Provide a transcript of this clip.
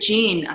Jean